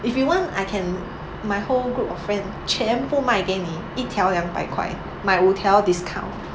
if you want I can my whole group of friend 全部卖给你一条两百块买五条 discount